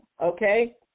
okay